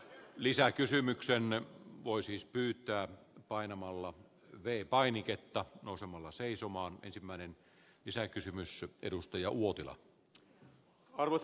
lisäkysymyksenä voi siis pyytää painamalla vei painiketta nousemalla seisomaan ensimmäinen isä kysymässä arvoisa puhemies